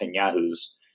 Netanyahu's